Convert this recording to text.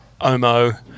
OMO